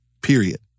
Period